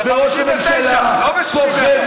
ב-59, לא ב-61.